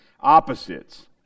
opposites